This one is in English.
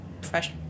fresh